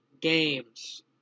Games